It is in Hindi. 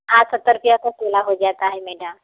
हाँ सत्तर रुपया का केला हो जाता है मैडम